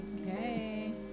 okay